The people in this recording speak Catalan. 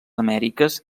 amèriques